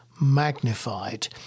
magnified